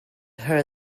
her